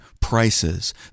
prices